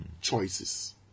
choices